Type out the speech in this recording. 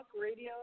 Radio